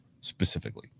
specifically